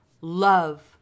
love